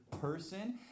person